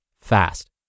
fast